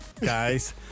Guys